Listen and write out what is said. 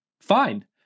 Fine